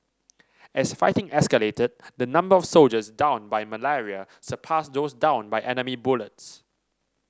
as fighting escalated the number of soldiers downed by malaria surpassed those downed by enemy bullets